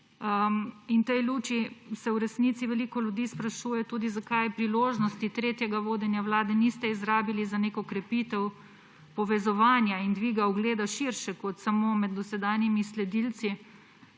V tej luči se v resnici veliko ljudi sprašuje, zakaj priložnosti tretjega vodenja vlade niste izrabili za neko krepitev povezovanja in dviga ugleda širše kot samo med dosedanjimi sledilci.